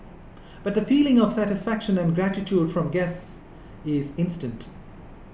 but feeling of satisfaction and gratitude from guests is instant